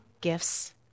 gifts